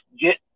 get